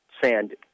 sand